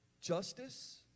justice